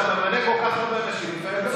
כשאתה ממנה כל כך הרבה אנשים לפעמים,